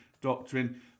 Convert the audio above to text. doctrine